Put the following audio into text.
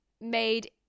made